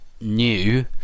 new